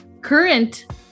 current